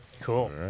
Cool